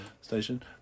station